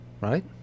right